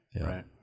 right